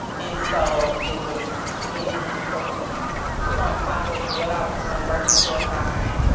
and so it was see a need, fill a need. it's on top of what i was doing working full time,